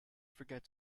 forget